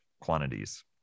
quantities